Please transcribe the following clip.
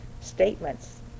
statements